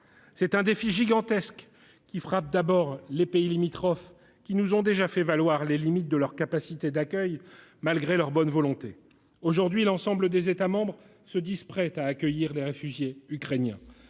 Ce défi gigantesque frappe d'abord les pays limitrophes, lesquels nous ont déjà fait valoir les limites de leurs capacités d'accueil, malgré leur bonne volonté. Aujourd'hui, l'ensemble des États membres se disent prêts à accueillir les réfugiés ukrainiens,